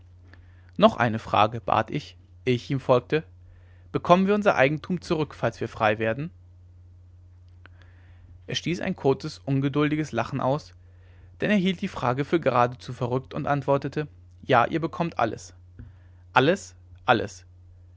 noch eine frage bat ich ehe ich ihm folgte bekommen wir unser eigentum zurück falls wir frei werden er stieß ein kurzes ungeduldiges lachen aus denn er hielt diese frage für geradezu verrückt und antwortete ja ihr bekommt es alles alles